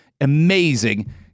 amazing